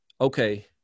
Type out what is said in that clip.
okay